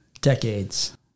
decades